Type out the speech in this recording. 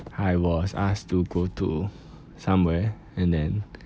I was asked to go to somewhere and then